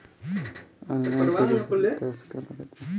Online credit card खातिर का का लागत बा?